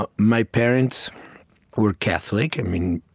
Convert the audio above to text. ah my parents were catholic. i mean,